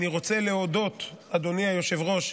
אדוני היושב-ראש,